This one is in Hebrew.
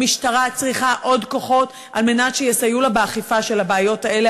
המשטרה צריכה עוד כוחות על מנת שיסייעו לה באכיפה של הבעיות האלה,